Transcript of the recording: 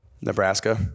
Nebraska